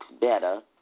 better